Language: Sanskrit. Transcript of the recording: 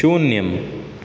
शून्यम्